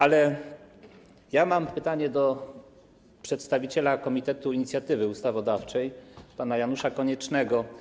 Ale mam pytanie do przedstawiciela Komitetu Inicjatywy Ustawodawczej pana Janusza Koniecznego.